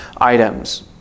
items